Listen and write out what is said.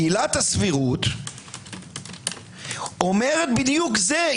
עילת הסבירות אומרת בדיוק זה.